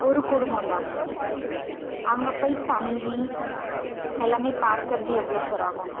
ஒரு குடும்பந்தான் சார் அங்கே போய் தங்கி எல்லாமே பார்க்கறது எவ்வளோ சார் ஆகும்